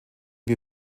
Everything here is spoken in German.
wie